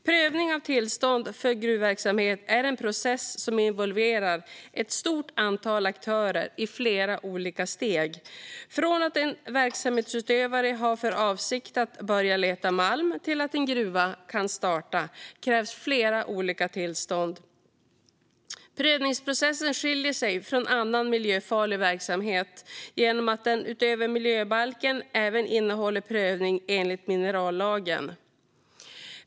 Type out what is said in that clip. Prövning av tillstånd för gruvverksamhet är en process som involverar ett stort antal aktörer i flera olika steg. Från att en verksamhetsutövare har för avsikt att börja leta malm till att en gruva kan starta krävs flera olika tillstånd. Prövningsprocessen skiljer sig från annan miljöfarlig verksamhet genom att den utöver miljöbalken även innehåller prövning enligt minerallagen.